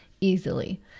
easily